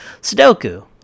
Sudoku